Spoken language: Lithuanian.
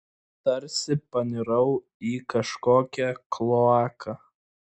tarsi panirau į kažkokią kloaką